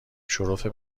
شرف